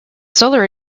solar